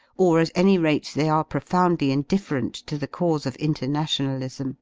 or, at any rate, they are profoundly, indifferent to the cause of internationalism